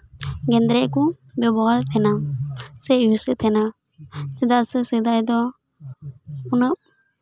ᱜᱮᱸᱫᱽᱨᱮᱡ ᱠᱚ ᱵᱮᱵᱚᱦᱟᱨᱮᱫ ᱛᱟᱦᱮᱱᱟ ᱥᱮ ᱤᱭᱩᱥᱮᱫ ᱛᱟᱦᱮᱱᱟ ᱪᱮᱫᱟᱜ ᱥᱮ ᱥᱮᱫᱟᱭ ᱫᱚ ᱩᱱᱟᱹᱜ